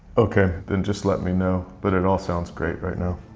okay, then just let me know, but it also is great right now.